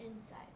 inside